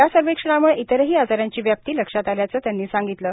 या सर्वेक्षणाम्ळे इतरही आजारांची व्याप्ती लक्षात आल्याचं त्यांनी सांगितलं